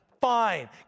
Fine